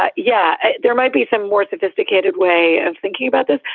ah yeah, there might be some more sophisticated way of thinking about this.